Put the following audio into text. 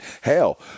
Hell